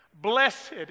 Blessed